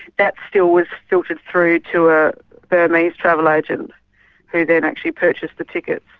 that still was filtered through to a burmese travel agent who then actually purchased the tickets.